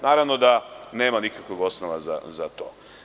Naravno da nema nikakvog osnova za to.